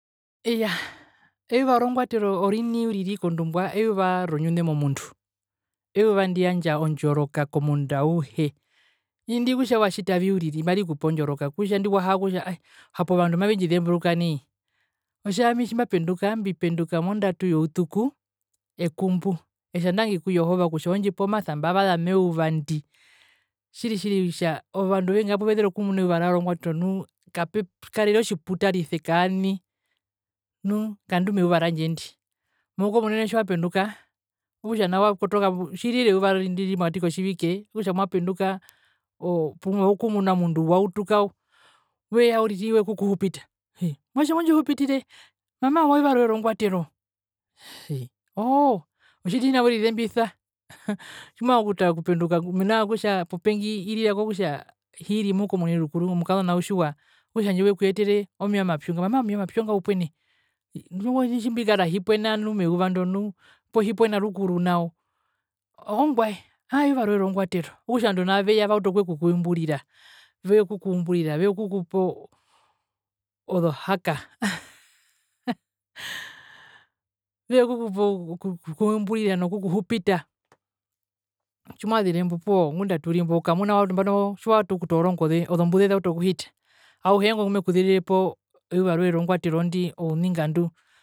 Iyaa eyuva rongwatero orini eyuva ronyune uriri momundu eyuva ndiyandja ondoroka komundu auhe indi kutja watjitavi uriri marikupe ondjoroka kutja ndi wahaa kutja hapo vandu mavendjizemburuka nai otjaami tjimbapenduka mbipenduka mondatu youtuku ekumbu etja ndangi ku jehova kutja wendjipe omasa mbavasa meyuva ndi tjiri tjiri etja ovandu ovengi vapo vezera okumuna euva rao rongwatero nu kapekarere otjiputarise kaani nu ngandu meuva randje ndi muhukomunene tjiwapenduka okutja nao wakotoka tjiri euva ndi mokati kotjivike okutja mwapenduka o porumwe ookumuna omundu wautuka weya uriri wekukuhupita hii mwatje mondjihupitireye mama euva roye rongwatero hii ohoo otjiti tjina werizembisa tjimovanga okupenduka mena rokutja popengi irira kokutja hiri muhukomunene rukuru omukazona utjiwa okutja handje wekuyetere omeya omapyu mama omeya omapyu oonga upwene ii tjimbikara himpwena nu meuva ndo poo hipwena rukuru nao oo ongwae aa eyuva rongwatero okutja ovandu nao veya vekukumburira vekukupa ozo haka vekukupa oo okukumburira nokukuhupita tjimwzirembo opuwo ngunda aturimbo okamuna nambo tjiwautu okutoora ongoze ozombuze zautu okuhita auhe eengwi ngumekuzerirepo euvarwe rongwatero dni ouningandu.